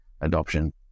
adoption